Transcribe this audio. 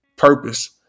purpose